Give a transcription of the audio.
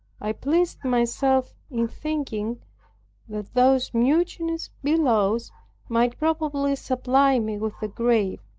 i pleased myself in thinking that those mutinous billows might probably supply me with a grave.